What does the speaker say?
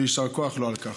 ויישר כוח לו על כך.